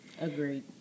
Agreed